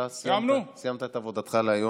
אתה סיימת את עבודתך להיום.